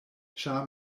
ĉar